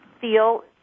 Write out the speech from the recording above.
feel